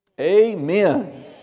Amen